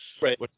Right